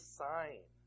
sign